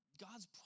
God's